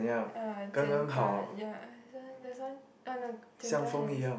uh Jian-Duan ya that's one that's one uh no Jian-Duan is